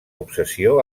obsessió